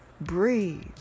breathe